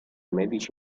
medici